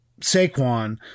Saquon